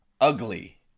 ugly